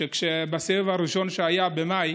בסבב הראשון שהיה במאי,